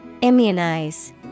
Immunize